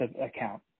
account